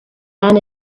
men